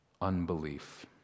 Unbelief